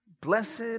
blessed